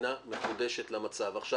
אני קודם כל שמח שאתם באים ומקשיבים.